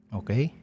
okay